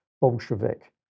Bolshevik